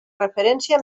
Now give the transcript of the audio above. referència